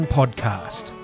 podcast